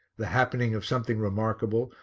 the happening of something remarkable,